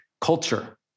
culture